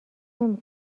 نمی